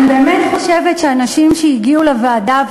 אני באמת חושבת שאנשים שהגיעו לוועדה,